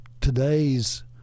today's